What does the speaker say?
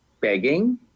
begging